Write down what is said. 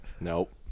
Nope